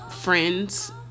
friends